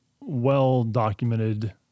well-documented